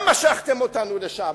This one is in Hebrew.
גם משכתם אותנו לשם,